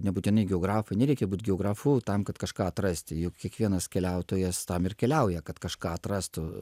nebūtinai geografai nereikia būt geografu tam kad kažką atrasti juk kiekvienas keliautojas tam ir keliauja kad kažką atrastų